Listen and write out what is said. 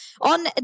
on